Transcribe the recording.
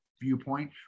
viewpoint